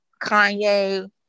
Kanye